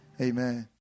Amen